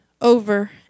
over